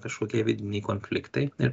kažkokie vidiniai konfliktai ir